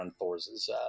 Thor's